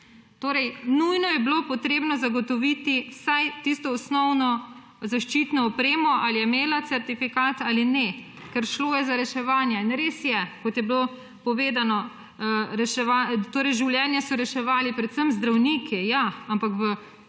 Torej, nujno je bilo potrebno zagotoviti vsaj tisto osnovno zaščitno opremo, ali je imela certifikat ali ne, ker šlo je za reševanje. In res je, kot je bilo povedano, življenja so reševali predvsem zdravniki, ja, ampak v